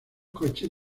coches